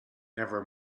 never